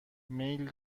میل